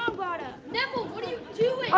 ah but neville, what are you doing?